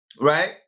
right